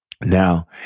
Now